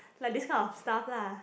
like this kind of stuff lah